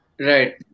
Right